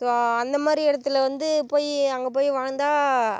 so அந்த மாதிரி இடத்துல வந்து போய் அங்கே போய் வாழ்ந்தால்